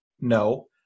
No